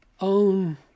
own